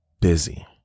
busy